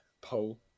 poll